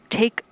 take